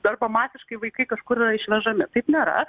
arba masiškai vaikai kažkur yra išvežami taip nėra